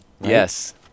Yes